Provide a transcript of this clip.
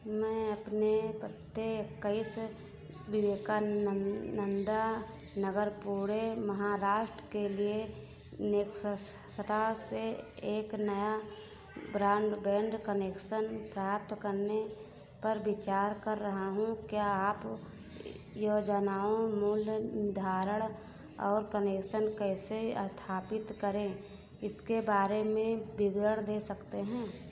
मैं अपने पते इक्कीस विवेकानंदा नगर पुणे महाराष्ट्र के लिए से एक नया ब्रॉडबैंड कनेक्शन प्राप्त करने पर विचार कर रहा हूँ क्या आप योजनाओं मूल्य निर्धारण और कनेक्शन कैसे स्थापित करें इसके बारे में विवरण दे सकते हैं